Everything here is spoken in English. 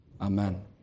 Amen